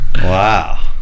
wow